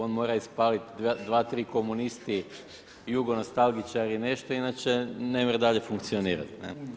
On mora ispalit dva, tri komunisti, jugo nostalgičar i nešto inače nemre dalje funkcionirati.